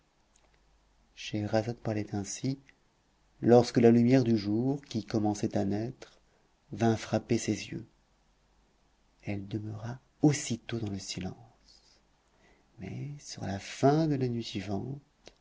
scheherazade parlait ainsi lorsque la lumière du jour qui commençait à naître vint frapper ses yeux elle demeura aussitôt dans le silence mais sur la fin de la nuit suivante